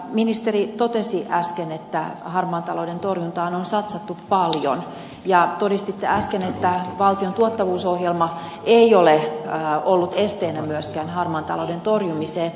ministeri totesi äsken että harmaan talouden torjuntaan on satsattu paljon ja todistitte äsken että valtion tuottavuusohjelma ei ole ollut esteenä myöskään harmaan talouden torjumiseen